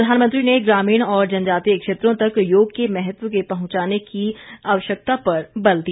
प्रधानमंत्री ने ग्रामीण और जनजातीय क्षेत्रों तक योग के महत्व को पहुंचाने की आवश्यकता पर बल दिया